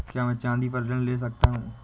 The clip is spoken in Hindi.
क्या मैं चाँदी पर ऋण ले सकता हूँ?